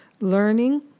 learning